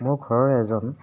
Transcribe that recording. মোৰ ঘৰৰ এজন